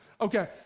Okay